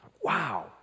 wow